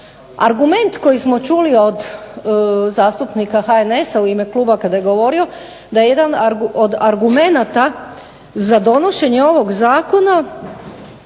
Argument koji smo čuli od zastupnika HNS-a u ime kluba kada je govorio, da je jedan od argumenata za donošenje ovog zakona